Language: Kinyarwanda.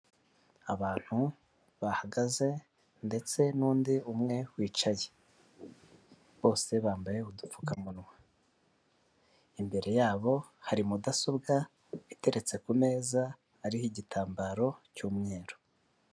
Abantu bahagaze ndetse n'undi umwe wicaye bose bambaye udupfukamunwa, imbere yabo hari mudasobwa iteretse ku meza hariho igitambaro cy'umweru.